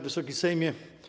Wysoki Sejmie!